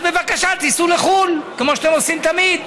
אז בבקשה, תיסעו לחו"ל כמו שאתם עושים תמיד.